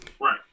Right